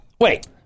Wait